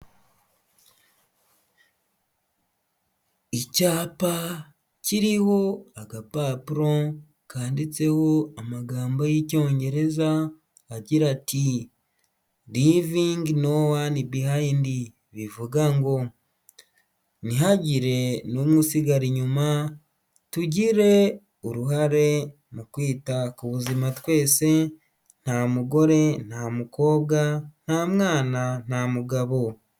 Icyapa kiriho agapapuro kanditseho amagambo y'icyongereza agira ati: livingi no wani bihayindi bivuga ngo ntihagire n'umwe usigara inyuma tugire uruhare mu kwita ku buzima twese, nta mugore nta mukobwa nta mwana nta mugabo.